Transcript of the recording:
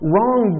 Wrong